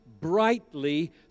brightly